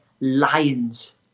lions